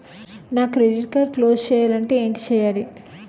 నా credit card close చేయాలంటే ఏంటి చేయాలి?